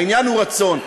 העניין הוא רצון.